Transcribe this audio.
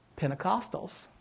Pentecostals